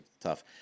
tough